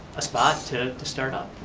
a spot to to start up.